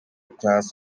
class